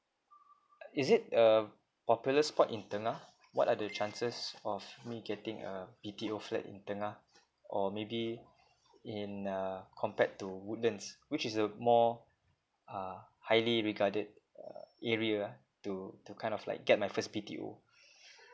is it a popular spot in tengah what are the chances of me getting a B_T_O flat in tengah or maybe in uh compared to woodlands which is a more uh highly regarded uh area ah to to kind of like get my first B_T_O